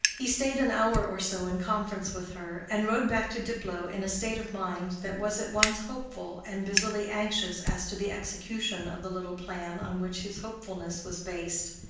he stayed an hour or so in conference with her, and rode back to diplow in a state of mind that was at once hopeful and busily anxious as to the execution of the little plan on which his hopefulness was based.